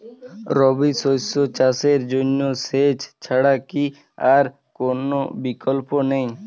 রবি শস্য চাষের জন্য সেচ ছাড়া কি আর কোন বিকল্প নেই?